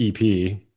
EP